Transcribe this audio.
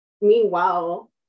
meanwhile